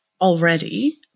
already